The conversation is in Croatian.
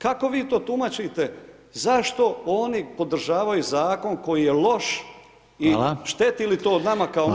Kako vi to tumačite, zašto oni podržavaju zakon koji je loš i [[Upadica: Hvala.]] šteti li to nama kao oporbi?